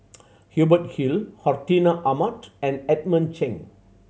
Hubert Hill Hartinah Ahmad and Edmund Cheng